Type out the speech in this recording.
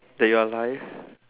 that you're alive